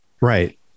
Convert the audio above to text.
right